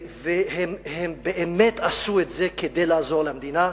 והם באמת עשו את זה כדי לעזור למדינה.